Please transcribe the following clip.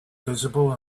visible